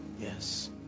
yes